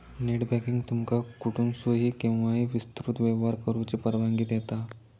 net banking तुमका कुठसूनही, केव्हाही विस्तृत व्यवहार करुची परवानगी देता